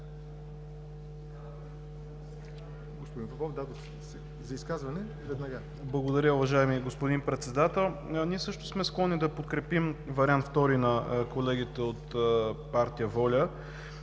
Благодаря, уважаеми господин Председател. Ние също сме склонни да подкрепим вариант ІІ на колегите от партия „Воля“.